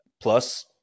plus